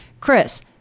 Chris